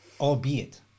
Albeit